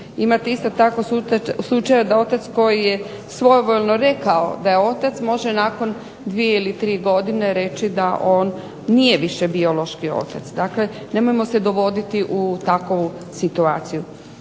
Imate isto tako slučajeva da otac koji je svojevoljno rekao da je otac može nakon dvije ili tri godine reći da on nije više biološki otac. Dakle, nemojmo se dovoditi u takvu situaciju.